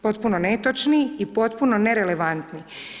Potpuni netočni i potpuno nerelevantni.